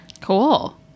Cool